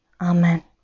amen